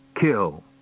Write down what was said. Kill